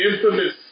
Infamous